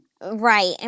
Right